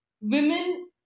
Women